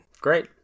great